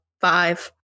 five